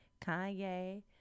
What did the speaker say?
Kanye